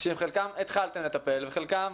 שבחלקן התחלתם לטפל וחלקן,